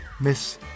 miss